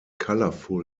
colorful